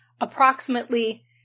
approximately